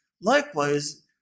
Likewise